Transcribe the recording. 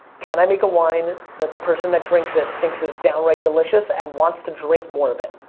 can i make a wine that the person that drinks it thinks is downright delicious, and wants to drink more of it.